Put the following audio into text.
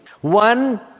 One